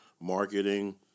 marketing